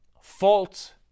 fault